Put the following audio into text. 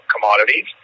commodities